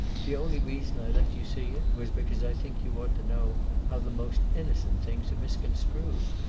the only reason i let you see it was because i think you ought to know how the most innocent things are misconstrued.